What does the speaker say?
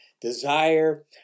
desire